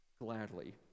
gladly